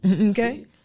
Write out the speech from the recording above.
Okay